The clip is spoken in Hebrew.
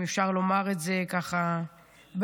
אם אפשר לומר את זה ככה בעדינות.